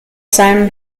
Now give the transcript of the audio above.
seinem